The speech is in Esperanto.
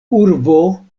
urbo